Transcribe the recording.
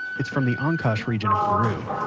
it's from the ancash region of peru